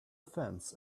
fence